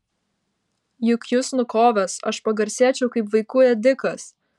juk jus nukovęs aš pagarsėčiau kaip vaikų ėdikas